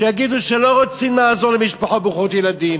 שיגידו שלא רוצים לעזור למשפחות ברוכות ילדים,